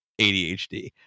ADHD